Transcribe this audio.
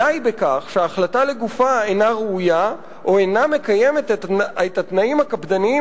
די בכך שההחלטה לגופה אינה ראויה או אינה מקיימת את התנאים הקפדניים